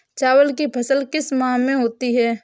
चावल की फसल किस माह में होती है?